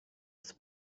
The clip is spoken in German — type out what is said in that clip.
ist